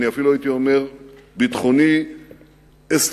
אני אפילו הייתי אומר: ביטחוני אסטרטגי,